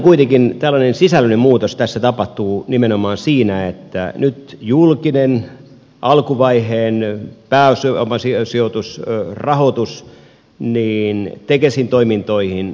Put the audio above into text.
kuitenkin varsinainen tällainen sisällöllinen muutos tässä tapahtuu nimenomaan siinä että nyt julkinen alkuvaiheen pääomasijoitusrahoitus tulee myöskin tekesin toimintoihin